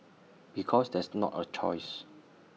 because that's not A choice